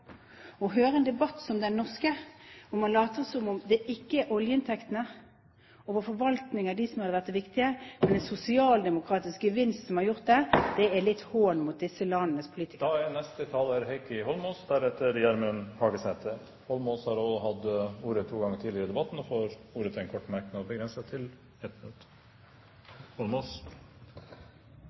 En debatt som den norske, der man later som om det ikke er oljeinntektene, og vår forvaltning av dem, som har vært det viktige, men den sosialdemokratiske vind, er en hån mot disse landenes politikk. Heikki Holmås har hatt ordet to ganger tidligere og får ordet til en kort merknad, begrenset til 1 minutt.